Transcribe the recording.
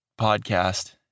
podcast